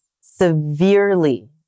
severely